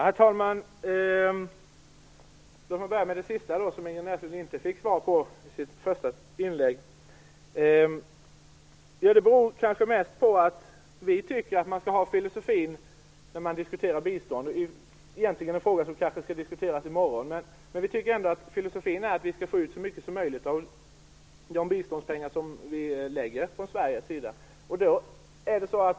Herr talman! Låt mig börja med den sista frågan, som Ingrid Näslund inte har fått svar på. Det beror kanske mest på att vi tycker att man skall ha som filosofi när man diskuterar bistånd - det kanske är en fråga som skall diskuteras i morgon - att vi skall få ut så mycket som möjligt av de biståndspengar som vi från Sveriges sida lägger ut.